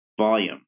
volume